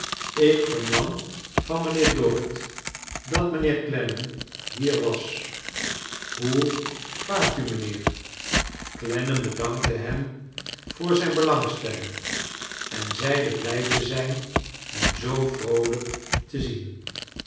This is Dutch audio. ik vernam van mijnheer dorrit dat mijnheer clennam hier was hoe vaart u mijnheer clennam bedankte hem voor zijn belangstelling en zeide blij te zijn hem zoo vroolijk te zien